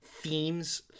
themes